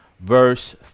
verse